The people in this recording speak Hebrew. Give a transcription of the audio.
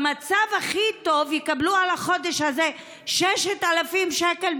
במצב הכי טוב יקבלו על החודש הזה 6,000 שקל,